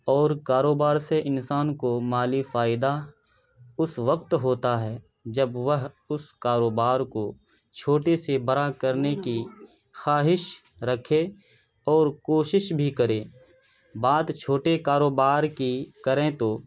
اور کاروبار سے انسان کو مالی فائدہ اس وقت ہوتا ہے جب وہ اس کاروبار کو چھوٹے سے بڑا کرنے کی خواہش رکھے اور کوشش بھی کرے بات چھوٹے کاروبار کی کریں تو